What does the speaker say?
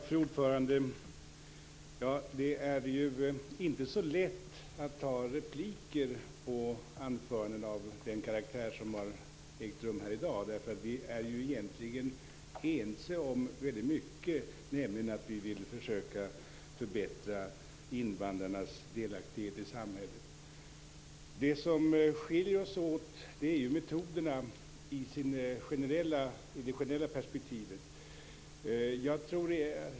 Fru talman! Det är inte så lätt att replikera på anföranden av den karaktär som har hållits här i dag. Vi är egentligen ense om väldigt mycket, nämligen att vi vill försöka förbättra invandrarnas delaktighet i samhället. Det som skiljer oss åt är metoderna i det generella perspektivet.